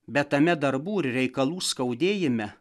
bet tame darbų ir reikalų skaudėjime